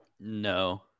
No